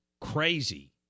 crazy